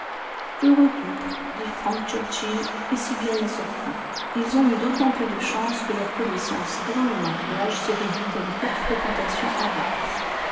heureux couple dit frank churchill et si bien assorti ils ont eu d'autant plus de chance que leur connaissance avant le mariage s'est réduite à une courte fréquentation à bath